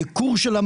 מחירים.